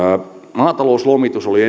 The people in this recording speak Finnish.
maatalouslomitus oli